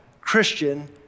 Christian